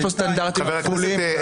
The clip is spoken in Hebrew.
יש כאן סטנדרטים כפולים.